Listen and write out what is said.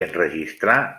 enregistrà